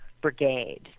brigade